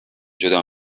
جدا